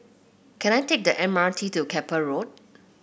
can I take the M R T to Keppel Road